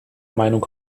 meinung